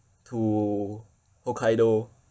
to hokkaido